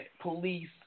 police